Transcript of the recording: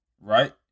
Right